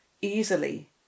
easily